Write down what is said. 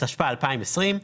התשפ"א-2020,